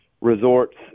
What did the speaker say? resorts